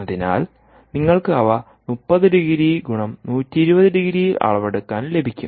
അതിനാൽ നിങ്ങൾക്ക് അവ 30 ഡിഗ്രി x 120 ഡിഗ്രിയിൽ അളവെടുക്കാൻ ലഭിക്കും